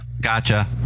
Gotcha